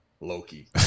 Loki